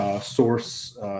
source